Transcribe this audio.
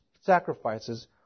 sacrifices